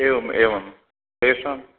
एवम् एवं तेषां